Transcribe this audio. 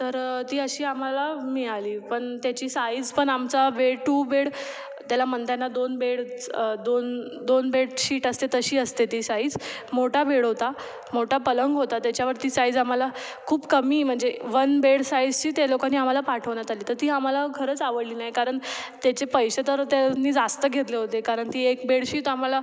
तर ती अशी आम्हाला मिळाली पण त्याची साईज पण आमचा बेड टू बेड त्याला म्हणता येणार दोन बेड दोन दोन बेडशीट असते तशी असते ती साईज मोठा बेड होता मोठा पलंग होता त्याच्यावर ती साईज आम्हाला खूप कमी म्हणजे वन बेड साईजची त्या लोकांनी आम्हाला पाठवण्यात आली तर ती आम्हाला खरंच आवडली नाही कारण त्याचे पैसे तर त्यांनी जास्त घेतले होते कारण ती एक बेडशीत आम्हाला